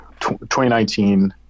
2019